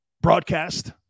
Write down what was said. broadcast